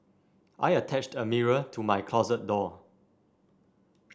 I attached a mirror to my closet door